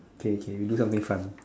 okay okay we do something fun